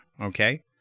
okay